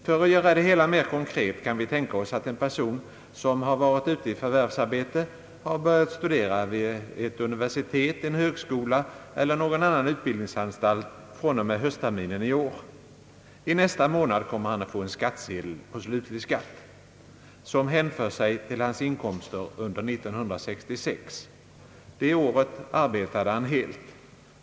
För att göra det hela mera konkret kan vi tänka oss att en person, som har varit ute i förvärvsarbete, har börjat studera vid ett universitet, en högskola eller någon annan utbildningsanstalt fr.o.m., höstterminen i år. I nästa månad kommer han att få en skattsedel på slutlig skatt, som hänför sig till hans inkomster under 1966. Det året arbetade han helt.